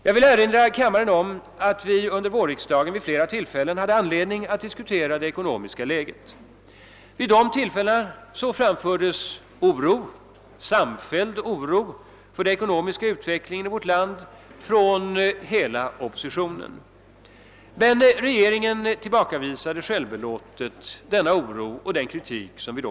Jag vill erinra kammaren om att vi under vårriksdagen vid flera tillfällen hade anledning att diskutera det ekonomiska läget. Vid 'dessa tillfällen framfördes oro för den ekonomiska utvecklingen i vårt land från hela oppositionen. Regeringen tillbakavisade självbelåtet denna samfällda kritik.